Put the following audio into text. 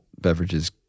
beverages